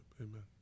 Amen